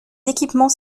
équipements